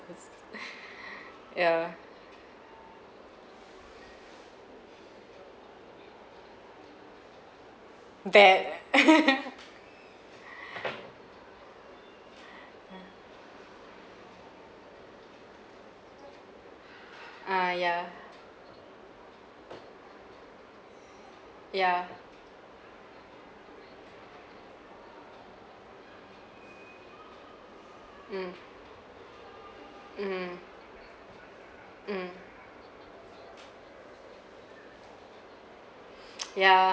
yeah that ha err ya ya mm mmhmm mmhmm yeah